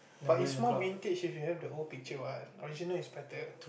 but is more vintage if you have the old picture what original is better